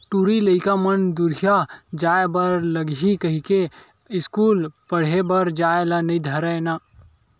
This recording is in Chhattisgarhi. टूरी लइका मन दूरिहा जाय बर लगही कहिके अस्कूल पड़हे बर जाय ल नई धरय ना